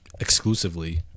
exclusively